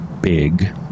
big